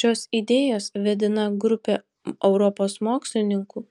šios idėjos vedina grupė europos mokslininkų